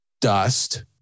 dust